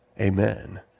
Amen